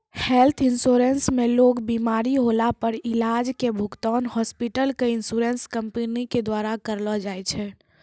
health insurance मे लोग बिमार होला पर इलाज के भुगतान हॉस्पिटल क इन्शुरन्स कम्पनी के द्वारा करलौ जाय छै